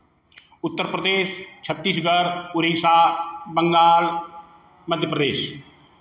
Uttar Pradesh Chhattisgarh Orissa Bengal Madhya Pradesh